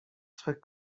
swych